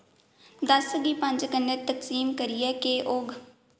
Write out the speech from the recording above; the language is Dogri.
दस गी पंज कन्नै तकसीम करियै केह् औग